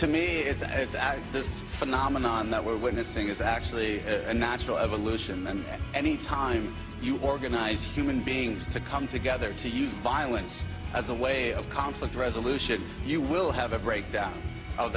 to me it's this phenomenon that we're witnessing is actually a natural evolution and any time you organize human beings to come together to use violence as a way of conflict resolution you will have a breakdown of